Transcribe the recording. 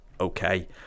okay